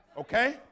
Okay